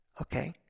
okay